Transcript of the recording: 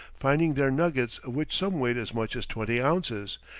finding there nuggets of which some weighed as much as twenty ounces,